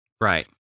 right